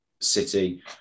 City